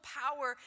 power